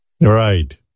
Right